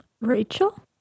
Rachel